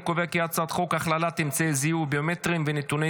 אני קובע כי הצעת חוק הכללת אמצעי זיהוי ביומטריים ונתוני